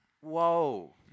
whoa